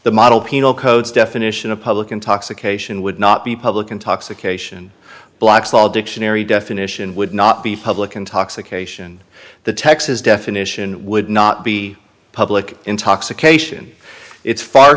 the model penal codes definition of public intoxication would not be public intoxication blocks all dictionary definition would not be public intoxication the texas definition would not be public intoxication it's far